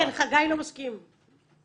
אני רוצה לומר לפני שאני מסכם את הדיון.